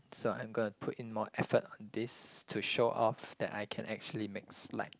so I'm going to put in more effort on this to show off that I can actually make slide